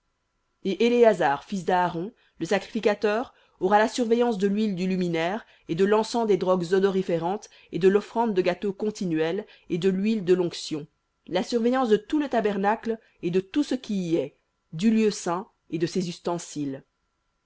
et éléazar fils d'aaron le sacrificateur aura la surveillance de l'huile du luminaire et de l'encens des drogues odoriférantes et de l'offrande de gâteau continuelle et de l'huile de l'onction la surveillance de tout le tabernacle et de tout ce qui y est du lieu saint et de ses ustensiles